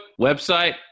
website